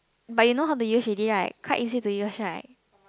but you know how to use already right quite easy to use right